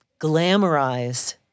glamorize